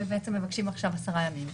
הם מבקשים עכשיו 10 ימים.